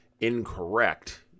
incorrect